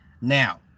Now